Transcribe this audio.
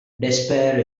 despair